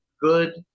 good